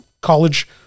college